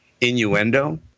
innuendo